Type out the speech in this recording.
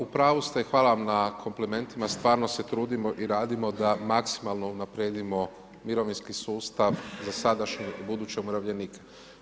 U pravu ste i hvala vam na komplimentima, stvarno se trudimo i radimo da maksimalno unaprijedimo mirovinski sustav za sadašnje i buduće umirovljenike.